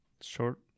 short